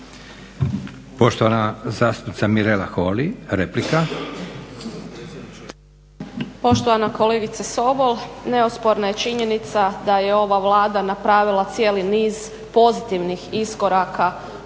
Poštovana zastupnica Mirela Holy, replika. **Holy, Mirela (ORaH)** Poštovana kolegice Sobol, neosporna je činjenica da je ova Vlada napravila cijeli niz pozitivnih iskoraka u pravcu